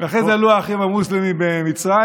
אחרי זה עלו האחים המוסלמים במצרים,